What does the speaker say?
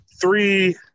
three